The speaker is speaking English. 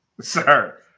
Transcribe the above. sir